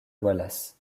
wallace